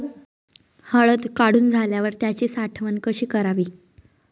हळद काढून झाल्यावर त्याची साठवण कशी करावी?